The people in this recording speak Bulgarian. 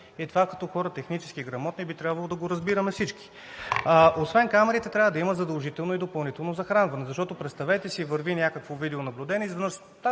Като технически грамотни хора би трябвало да го разбираме всички. Освен камерите, трябва да има задължително и допълнително захранване. Защото, представете си, върви някакво видеонаблюдение и изведнъж стане